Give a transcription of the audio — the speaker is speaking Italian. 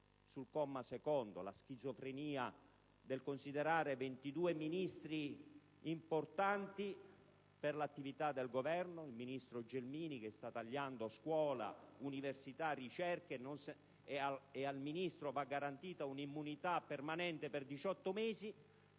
Sul comma 2, vi è la schizofrenia del considerare 22 Ministri importanti per l'attività del Governo: penso al ministro Gelmini, che sta tagliando scuola, università, ricerca. Ai Ministri va garantita una immunità permanente per diciotto